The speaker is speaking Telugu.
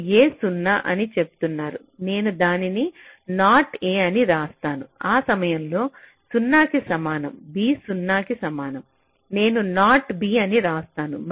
మీరు a 0 అని చెప్తున్నారు నేను దానిని నాట్ a అని రాస్తాను ఆ సమయంలో 0 కి సమానం b 0 కి సమానం నేను నాట్ b అని రాస్తాను